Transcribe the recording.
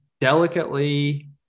delicately